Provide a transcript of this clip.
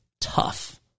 tough